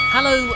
Hello